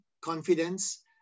confidence